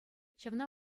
ҫавна